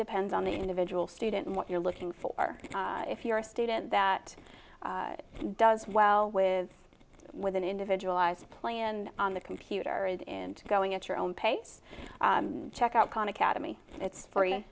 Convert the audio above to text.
depends on the individual student and what you're looking for if you're a student that does well with with an individualized plan on the computer and into going at your own pace check out khan academy it's free